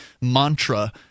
mantra